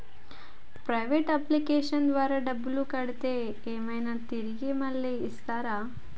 Private అప్లికేషన్ల ద్వారా డబ్బులు కడితే ఏమైనా తిరిగి మళ్ళీ ఇస్తరా?